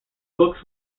books